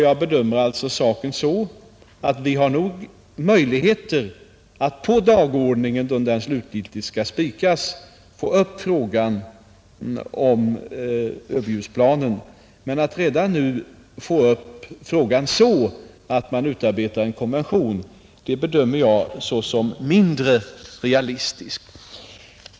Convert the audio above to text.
Jag bedömer alltså saken så att vi nog har möjligheter att på dagordningen, då den slutgiltigt skall spikas, få upp frågan om överljudsplanen. Men att redan nu få upp frågan så att man utarbetar en konvention bedömer jag såsom mindre realistiskt.